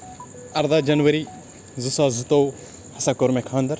اَرداہ جنؤری زٕ ساس زٕتوُہ سا کوٚر مےٚ خانٛدر